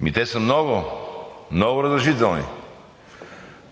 Ами те са много, много разрешителни.